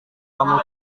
kamu